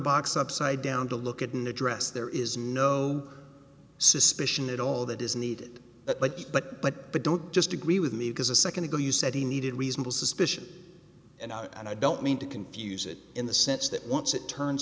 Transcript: box upside down to look at an address there is no suspicion at all that is needed but but but but but don't just agree with me because a second ago you said he needed reasonable suspicion and i don't mean to confuse it in the sense that once it turns